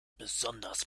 besonders